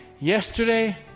yesterday